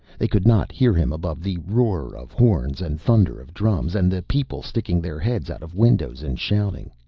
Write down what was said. they could not hear him above the roar of horns and thunder of drums and the people sticking their heads out of windows and shouting.